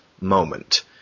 moment